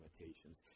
limitations